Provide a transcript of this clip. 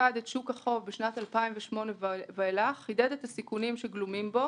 שפקד את שוק החוב בשנת 2008 ואילך חידד את הסיכונים שגלומים בו,